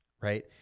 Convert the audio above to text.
right